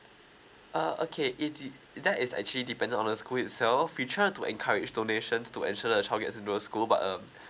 uh okay it did that is actually depends on the school itself we try to encourage donations to ensure the child gets into the school but um